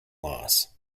loss